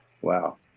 Wow